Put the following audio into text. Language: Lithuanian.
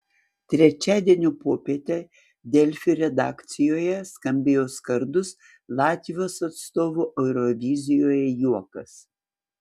trečiadienio popietę delfi redakcijoje skambėjo skardus latvijos atstovų eurovizijoje juokas